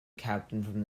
captained